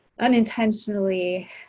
unintentionally